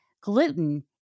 Gluten